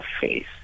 face